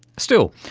still,